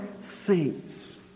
saints